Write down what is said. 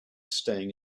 staying